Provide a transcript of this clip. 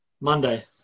Monday